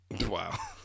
Wow